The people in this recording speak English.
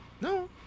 No